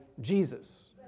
Jesus